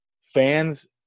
fans